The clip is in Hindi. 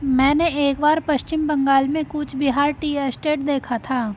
मैंने एक बार पश्चिम बंगाल में कूच बिहार टी एस्टेट देखा था